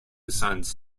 sons